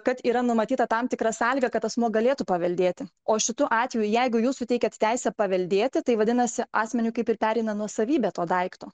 kad yra numatyta tam tikra sąlyga kad asmuo galėtų paveldėti o šituo atveju jeigu jūs suteikėte teisę paveldėti tai vadinasi asmeniu kaip ir pereina nuosavybė to daikto